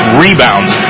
rebounds